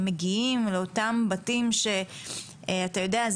מגיעים לאותם בתים שאתה יודע,